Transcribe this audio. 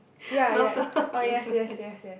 ya ya oh yes yes yes yes